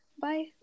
Bye